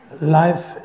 Life